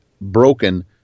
broken